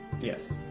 Yes